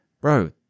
Bro